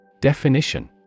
Definition